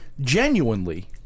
Genuinely